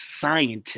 scientist